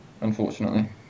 unfortunately